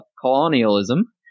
colonialism